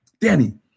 Danny